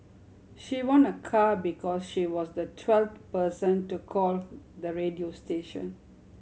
she won a car because she was the twelfth person to call the radio station